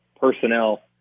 personnel